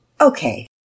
Okay